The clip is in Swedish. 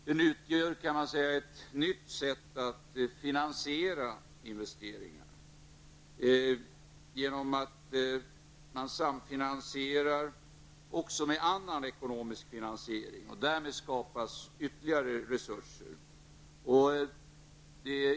Den utgör ett nytt sätt att finansiera investeringar. Genom samfinansiering med annan ekonomisk finansiering skapas ytterligare resurser.